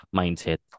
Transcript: mindset